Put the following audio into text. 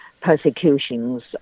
persecutions